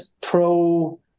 pro